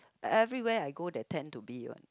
everywhere I go there tend to be one